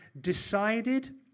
decided